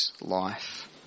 life